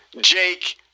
Jake